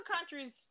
countries